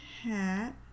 hat